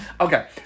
Okay